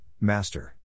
master